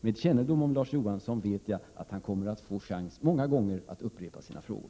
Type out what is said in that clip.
Med kännedom om Larz Johansson vet jag att han kommer att få chans många gånger att upprepa sina frågor.